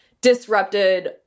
disrupted